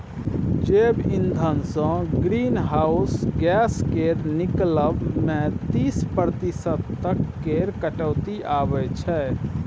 जैब इंधनसँ greenhouse gas केर निकलब मे तीस प्रतिशत तक केर कटौती आबय छै